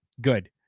Good